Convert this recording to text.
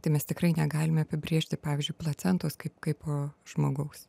tai mes tikrai negalime apibrėžti pavyzdžiui placentos kaip kaip žmogaus